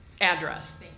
address